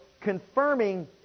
confirming